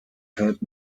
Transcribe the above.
heard